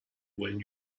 when